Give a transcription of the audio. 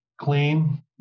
clean